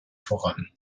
voran